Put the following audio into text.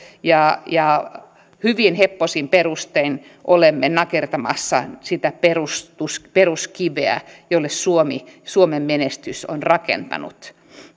ja ja hyvin heppoisin perustein olemme nakertamassa sitä peruskiveä jolle suomen menestys on rakentunut